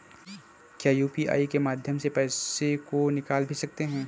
क्या यू.पी.आई के माध्यम से पैसे को निकाल भी सकते हैं?